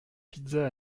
pizzas